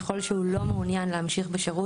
ככל שהוא לא מעוניין להמשיך בשירות,